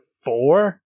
four